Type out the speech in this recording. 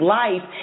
life